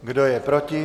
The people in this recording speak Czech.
Kdo je proti?